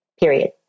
Period